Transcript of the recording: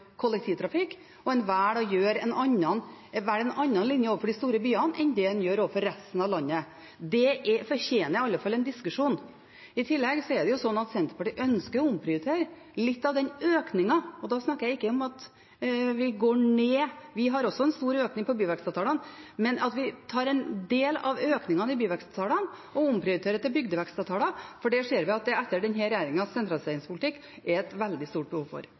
kollektivtrafikk i byene. Jeg mener en da griper inn i et system der det i utgangspunktet er fylkeskommunene som har ansvaret for kollektivtrafikk, og at en velger en annen linje overfor de store byene enn det en gjør overfor resten av landet. Det fortjener i alle fall en diskusjon. I tillegg er det slik at Senterpartiet ønsker å ta en del av økningen i byvekstavtalene – for vi går ikke ned, vi har også en stor økning i byvekstavtalene – og omprioriterer til bygdevekstavtaler, for det ser vi at det er et veldig stort behov for